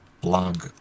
blog